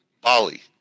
Bali